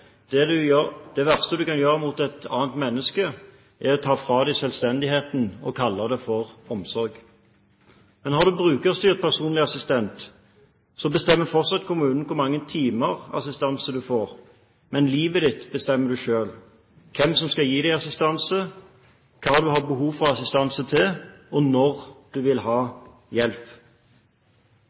det verste du kan gjøre mot et annet menneske, er å ta fra det selvstendigheten og kalle det omsorg. Har du brukerstyrt personlig assistent, bestemmer fortsatt kommunen hvor mange timer assistanse du får, men livet ditt bestemmer du selv – hvem som skal gi deg assistanse, hva du har behov for å ha assistanse til, og når du vil ha hjelp.